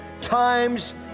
times